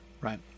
right